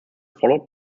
followed